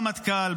במטכ"ל,